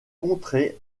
contrée